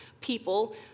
people